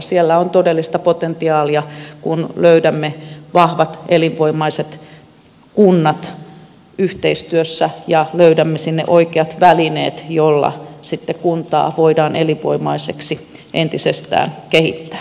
siellä on todellista potentiaalia kun löydämme vahvat elinvoimaiset kunnat yhteistyössä ja löydämme sinne oikeat välineet joilla sitten kuntaa voidaan elinvoimaiseksi entisestään kehittää